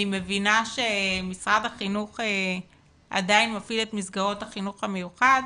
אני מבינה שמשרד החינוך עדיין מפעיל את מסגרות החינוך המיוחד,